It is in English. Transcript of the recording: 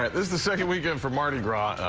i was the second weekend for mardi gras.